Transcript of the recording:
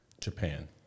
Japan